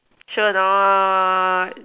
sure or not